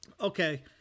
okay